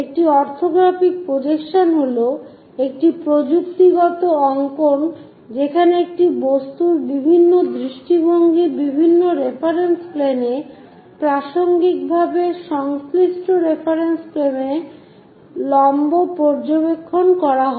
একটি orthographic projection হল একটি প্রযুক্তিগত অঙ্কন যেখানে একটি বস্তুর বিভিন্ন দৃষ্টিভঙ্গি বিভিন্ন রেফারেন্স প্লেনে প্রাসঙ্গিকভাবে সংশ্লিষ্ট রেফারেন্স প্লেনে লম্ব পর্যবেক্ষণ করা হয়